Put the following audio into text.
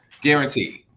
Guaranteed